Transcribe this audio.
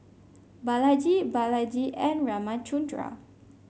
Balaji Balaji and Ramchundra